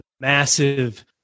massive